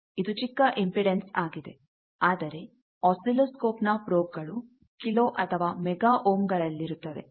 ಇದು ಚಿಕ್ಕ ಇಂಪೆಡನ್ಸ್ ಆಗಿದೆ ಆದರೆ ಆಸಿಲೋಸ್ಕೋಪ್ ನ ಪ್ರೊಬ್ ಗಳು ಕಿಲೋ ಅಥವಾ ಮೆಗಾ ಓಮ್ ಗಳಲ್ಲಿ ರುತ್ತವೆ